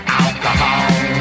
alcohol